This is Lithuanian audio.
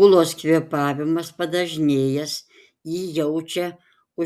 ūlos kvėpavimas padažnėjęs ji jaučia